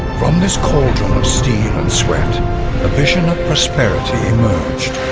from this cauldron of steel and sweat a vision of prosperity emerged.